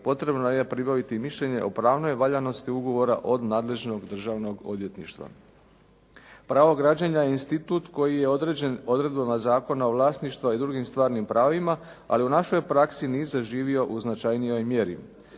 potrebno je pribaviti mišljenje o pravnoj valjanosti ugovora od nadležnog državnog odvjetništva. Pravo građenja je institut koji je određen odredbama Zakona o vlasništvu i drugim stvarnim pravima, ali u našoj praksi nije saživio u značajnijoj mjeri.